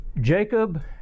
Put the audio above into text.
Jacob